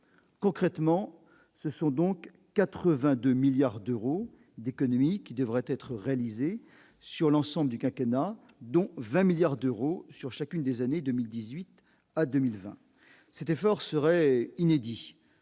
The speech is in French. concrètement, ce sont donc 82 milliards d'euros d'économies qui devraient être réalisées sur l'ensemble du quinquennat dont 20 milliards d'euros sur chacune des années 2018 à 2020 c'était serait inédit